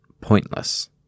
pointless